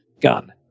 gun